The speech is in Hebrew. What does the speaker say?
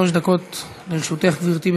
שלוש דקות לרשותך, גברתי.